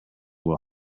will